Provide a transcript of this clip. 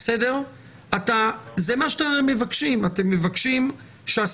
זה מה שאתם מבקשים אתם מבקשים שזה לא